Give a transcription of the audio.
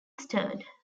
stirred